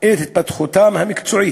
את התפתחותם המקצועית,